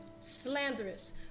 slanderous